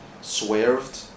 swerved